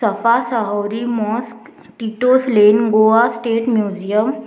सफा Shahouri mosque Tito's lane Goa state museum